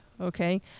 okay